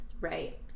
Right